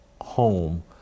home